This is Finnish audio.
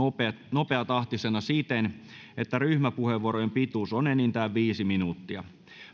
nopeatahtisena siten että ryhmäpuheenvuorojen pituus on enintään viisi minuuttia